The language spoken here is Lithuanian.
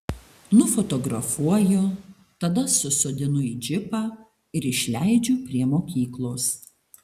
nufotografuoju tada susodinu į džipą ir išleidžiu prie mokyklos